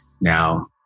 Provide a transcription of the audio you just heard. Now